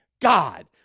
God